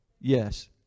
Yes